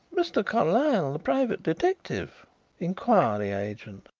mr. carlyle, the private detective inquiry agent,